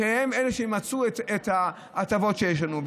שהם אלה שמצאו את ההטבות שיש לנו?